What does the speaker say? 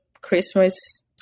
Christmas